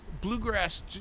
bluegrass